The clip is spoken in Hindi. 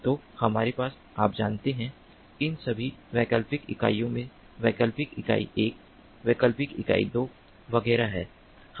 तो हमारे पास आप जानते हैं इन सभी वैकल्पिक इकाइयों में वैकल्पिक इकाई 1 वैकल्पिक इकाई 2 वगैरह हैं